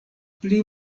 pli